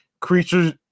creatures